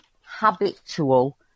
habitual